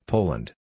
Poland